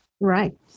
Right